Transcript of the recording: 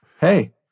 hey